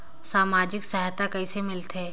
समाजिक सहायता कइसे मिलथे?